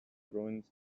ruins